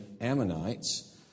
Ammonites